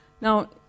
Now